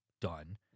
done